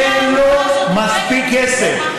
אין לו מספיק כסף.